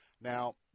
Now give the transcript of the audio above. Now